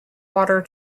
water